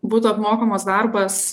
būtų apmokamas darbas